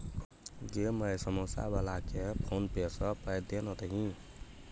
गै माय समौसा बलाकेँ फोने पे सँ पाय दए ना दही